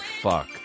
fuck